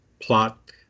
plot